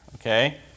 okay